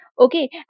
Okay